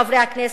חברי הכנסת,